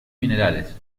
minerales